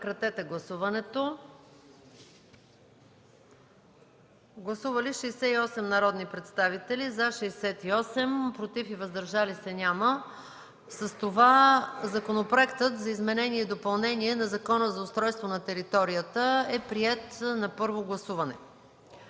колеги, гласувайте. Гласували 68 народни представители: за 68, против и въздържали се няма. С това Законопроектът за изменение и допълнение на Закона за устройство на територията е приет на първо гласуване.